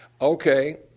okay